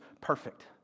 perfect